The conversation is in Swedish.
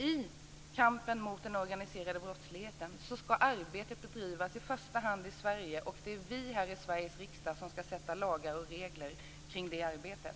I kampen mot den organiserade brottsligheten ska arbetet i första hand bedrivas i Sverige, och det är vi här i Sveriges riksdag som ska stifta lagar och utforma regler kring det arbetet.